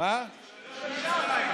מדאיגות אותך?